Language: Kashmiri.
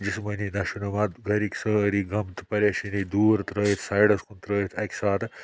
جِسمٲنی نشہ نُما گَرکۍ سٲری غم تہٕ پریشٲنی دوٗر ترٲیِتھ سایڈَس کُن ترٲیِتھ اَکہِ ساتہٕ